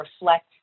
reflect